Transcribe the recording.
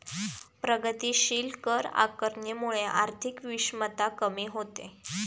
प्रगतीशील कर आकारणीमुळे आर्थिक विषमता कमी होते